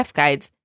guides